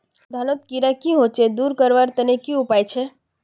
धानोत कीड़ा की होचे दूर करवार तने की उपाय छे?